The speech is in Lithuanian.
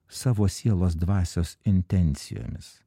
savo sielos dvasios intencijomis